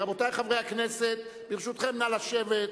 רבותי חברי הכנסת, ברשותכם, נא לשבת.